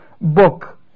book